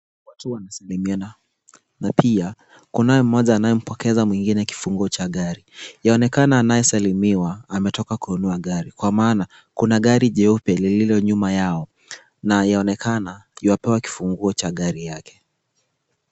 Watu wanasalimiana na pia kunaye mmoja anayempokeza mwingine kifunguo cha gari. Yaonekana anayesalimiwa ametoka kununua gari, kwa maana kuna gari jeupe lililo nyuma yao na yaonekana yuapewa kifunguo cha gari yake.